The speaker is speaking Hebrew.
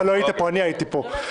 אתה לא היית פה, אני הייתי פה.